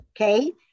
Okay